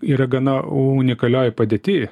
yra gana unikalioj padėty